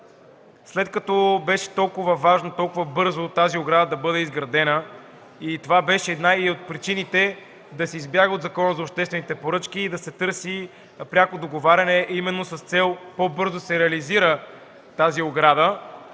След като беше толкова важно, толкова бързо да бъде изградена тази ограда – това беше и една от причините да се избяга от Закона за обществените поръчки и да се търси пряко договаряне именно с цел по-бързо да се реализира тази ограда